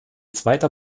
zweiter